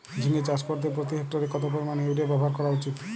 ঝিঙে চাষ করতে প্রতি হেক্টরে কত পরিমান ইউরিয়া ব্যবহার করা উচিৎ?